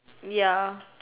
ya